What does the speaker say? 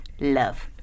love